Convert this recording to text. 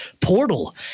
portal